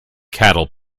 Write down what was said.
cattle